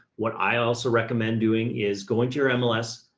what i also recommend doing is going to your and mls.